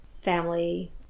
family